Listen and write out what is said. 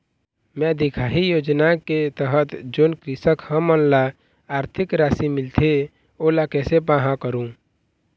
मैं दिखाही योजना के तहत जोन कृषक हमन ला आरथिक राशि मिलथे ओला कैसे पाहां करूं?